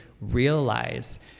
realize